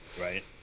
Right